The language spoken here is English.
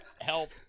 help